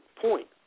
point